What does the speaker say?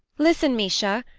listen, misha!